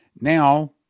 now